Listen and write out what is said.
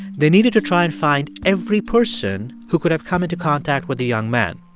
they needed to try and find every person who could have come into contact with the young man.